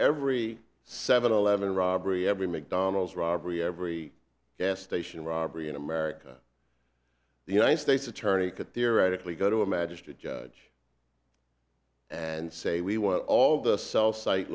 every seven eleven robbery every mcdonald's robbery every gas station robbery in america the united states attorney could theoretically go to a magistrate judge and say we want all the cell site